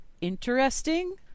interesting